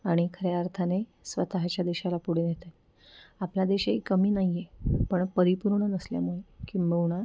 आणि खऱ्या अर्थाने स्वतःच्या देशाला पुढे नेत आहेत आपला देशही कमी नाही आहे पण परिपूर्ण नसल्यामुळे किंबहुना